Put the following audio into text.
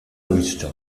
luistxo